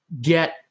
get